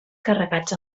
carregats